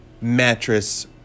mattress